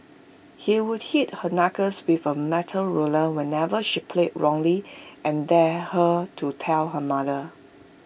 he would hit her knuckles before A metal ruler whenever she played wrongly and dared her to tell her mother